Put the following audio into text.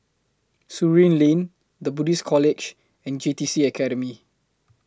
Surin Lane The Buddhist College and J T C Academy